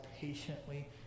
patiently